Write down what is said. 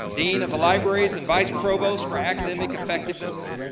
dean of the libraries and vice provost for academic effectiveness.